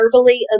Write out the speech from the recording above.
verbally